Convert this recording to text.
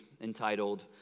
entitled